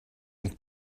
een